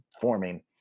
forming